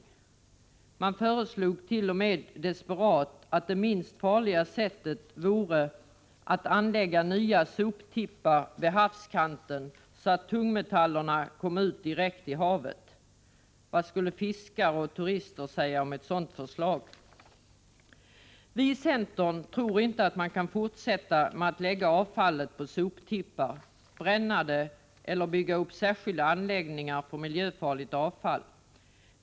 I desperation föreslogs t.o.m. att det minst farliga vore att anlägga nya soptippar vid havskanten, så att tungmetallerna direkt kommer ut i havet. Vad skulle fiskare och turister säga om ett sådant förslag? Vi i centern tror inte att man kan fortsätta med att lägga avfallet på soptippar, bränna det eller bygga upp särskilda anläggningar för miljöfarligt avfall.